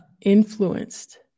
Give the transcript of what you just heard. influenced